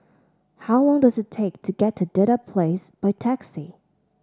how long does it take to get to Dedap Place by taxi